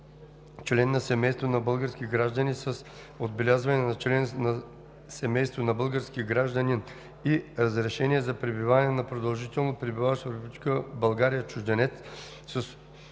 член на семейство на български гражданин с отбелязване на „член на семейство на български гражданин“ и разрешение за пребиваване на продължително пребиваващ в Република България чужденец с